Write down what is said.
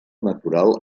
natural